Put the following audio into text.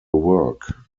work